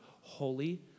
holy